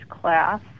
class